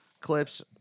clips